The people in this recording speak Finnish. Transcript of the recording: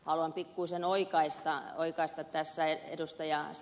haluan pikkuisen oikaista tässä ed